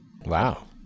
Wow